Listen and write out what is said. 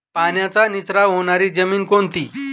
पाण्याचा निचरा होणारी जमीन कोणती?